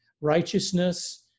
righteousness